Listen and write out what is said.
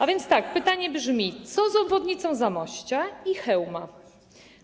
A więc tak, pytanie brzmi: Co z obwodnicą Zamościa i Chełma?